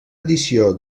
edició